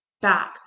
back